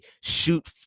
shoot